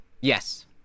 Yes